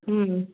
ம்